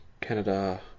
Canada